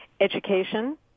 Education